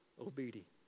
obedience